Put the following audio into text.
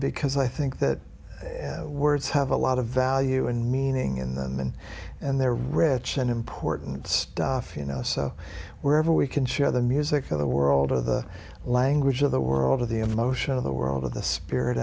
because i think that words have a lot of value and meaning in then and they're rich and important stuff you know so wherever we can share the music of the world with the language of the world of the emotion of the world the spirit